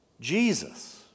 Jesus